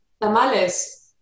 tamales